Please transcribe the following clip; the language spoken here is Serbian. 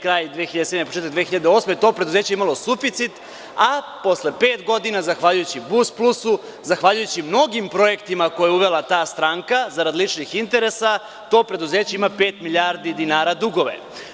Krajem 2007. i početkom 2008. godine to preduzeće je imalo suficit, a posle pet godina, zahvaljujući „Bus Plusu“, zahvaljujući mnogim projektima koje je uvela ta stranka zarad ličnih interesa to preduzeće ima pet milijardi dinara dugove.